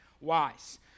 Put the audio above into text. wise